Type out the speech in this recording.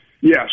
yes